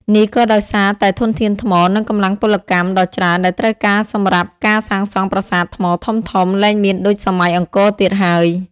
នេះក៏ដោយសារតែធនធានថ្ម និងកម្លាំងពលកម្មដ៏ច្រើនដែលត្រូវការសម្រាប់ការសាងសង់ប្រាសាទថ្មធំៗលែងមានដូចសម័យអង្គរទៀតហើយ។